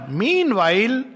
meanwhile